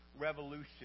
Revolution